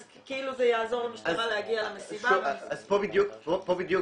כאילו יעזור למשטרה להגיע למסיבה --- אז פה בדיוק